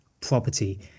property